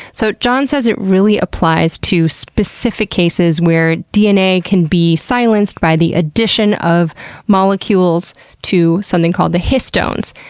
so john says it really applies to specific cases where dna can be silenced by the addition of molecules to something called the histones.